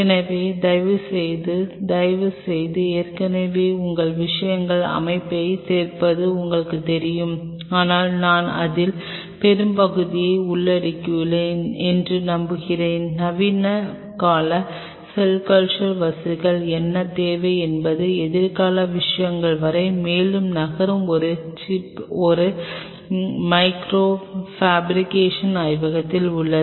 எனவே தயவுசெய்து தயவுசெய்து தயவுசெய்து ஏற்கனவே உள்ள விஷயங்களின் அமைப்பைச் சேர்ப்பது உங்களுக்குத் தெரியும் ஆனால் நான் அதில் பெரும்பகுதியை உள்ளடக்கியுள்ளேன் என்று நம்புகிறேன் நவீன கால செல் கல்ச்சர் வசதிகளில் என்ன தேவை என்பது எதிர்கால விஷயங்கள் வரை மேலும் நகரும் ஒரு சிப்பில் ஒரு மைக்ரோ ஃபேப்ரிகேஷன் ஆய்வகத்தின் உள்ளது